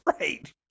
right